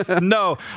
No